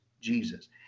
Jesus